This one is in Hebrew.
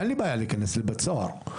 אין לי בעיה להיכנס לבית סוהר,